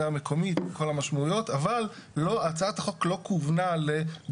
לפי תכנית למגורים שבו מצוי מבנה הטעון